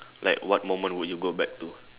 like what moment would you go back to